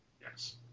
Yes